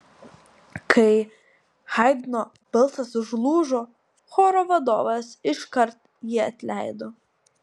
kai haidno balsas užlūžo choro vadovas iškart jį atleido